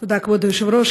תודה, כבוד היושב-ראש.